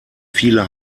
viele